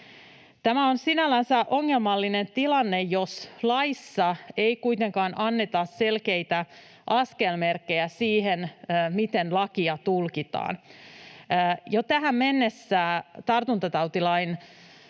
Tämä on sinänsä ongelmallinen tilanne, jos laissa ei kuitenkaan anneta selkeitä askelmerkkejä siihen, miten lakia tulkitaan. Jo tähän mennessä tartuntatautilain